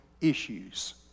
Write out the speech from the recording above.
issues